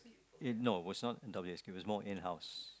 it no was not double W_S_Q it was more in house